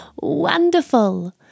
Wonderful